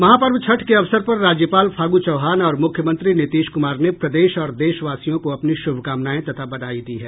महापर्व छठ के अवसर पर राज्यपाल फागू चौहान और मुख्यमंत्री नीतीश कुमार ने प्रदेश और देशवासियों को अपनी शुभकामनाएं तथा बधाई दी है